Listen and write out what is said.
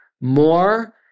more